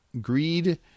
greed